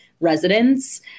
residents